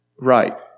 right